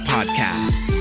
Podcast